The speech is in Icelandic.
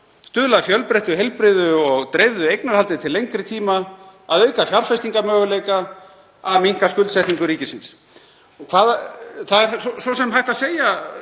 stuðla að fjölbreyttu, heilbrigðu og dreifðu eignarhaldi til lengri tíma, að auka fjárfestingarmöguleika, að minnka skuldsetningu ríkisins. Það er svo sem hægt að segja